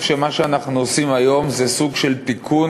שמה שאנחנו עושים היום זה סוג של תיקון,